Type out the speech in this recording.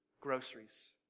groceries